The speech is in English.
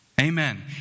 Amen